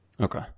Okay